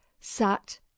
sat